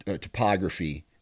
topography